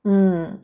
mm